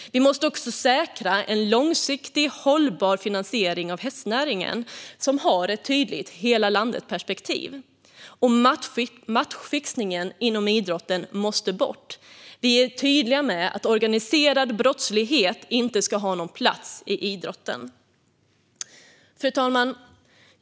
Vi måste också säkra en långsiktig, hållbar finansiering av hästnäringen, som har ett tydligt hela-landet-perspektiv. Och matchfixningen inom idrotten måste bort. Vi är tydliga med att organiserad brottslighet inte ska ha någon plats i idrotten. Fru talman!